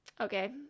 okay